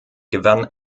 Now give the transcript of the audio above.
gewann